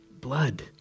blood